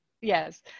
Yes